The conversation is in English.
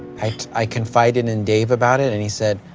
i confided in dave about it, and he said,